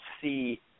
see